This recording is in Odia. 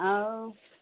ଆଉ